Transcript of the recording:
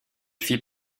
fit